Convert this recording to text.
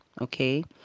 okay